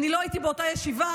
אני לא הייתי באותה ישיבה,